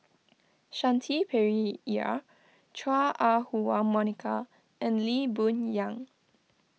Shanti Pereira Chua Ah Huwa Monica and Lee Boon Yang